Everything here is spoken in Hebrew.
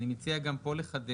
אני מציע גם פה לחדד,